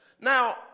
Now